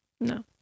no